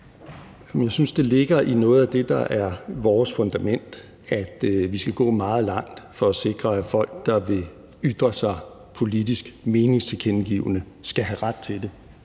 Jeg synes, det ligger i noget af det, der er vores fundament, at vi skal gå meget langt for at sikre, at folk, der vil ytre sig politisk, meningstilkendegivende, skal have ret til det,